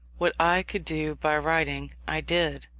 what i could do by writing, i did.